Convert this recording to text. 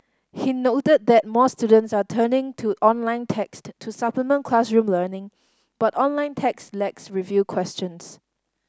he noted that more students are turning to online text to supplement classroom learning but online text lacks review questions